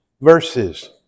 verses